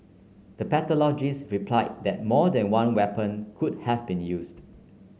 the pathologists replied that more than one weapon could have been used